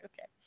okay